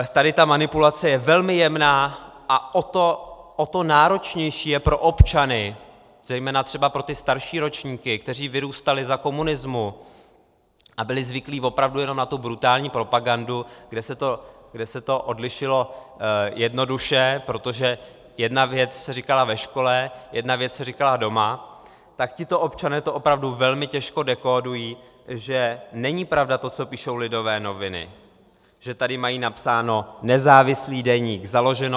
Tady ta manipulace je velmi jemná a o to náročnější je pro občany, zejména třeba pro ty starší ročníky, které vyrůstaly za komunismu a byly zvyklé opravdu jenom na tu brutální propagandu, kde se to odlišilo jednoduše, protože jedna věc se říkala ve škole, jedna věc se říkala doma, tak tito občané to opravdu velmi těžko dekódují, že není pravda to, co píšou Lidové noviny, že tady mají napsáno Nezávislý deník, založeno 1893.